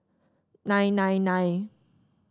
nine nine nine